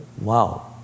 Wow